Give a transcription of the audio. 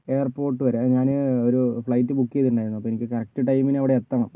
airport വരെ ഞാനെ ഒരു ഫ്ലൈറ്റ് ബുക്ക് ചെയ്തിട്ടുണ്ടായിരുന്നു അപ്പം എനിക്ക് കറക്റ്റ് ടൈമിന് അവിടെ എത്തണം